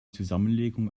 zusammenlegung